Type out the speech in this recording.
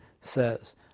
says